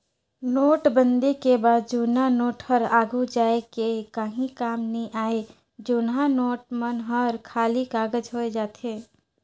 नोटबंदी के बाद जुन्ना नोट हर आघु जाए के काहीं काम नी आए जुनहा नोट मन हर खाली कागज होए जाथे